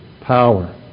power